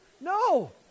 No